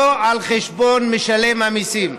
ולא על חשבון משלם המיסים,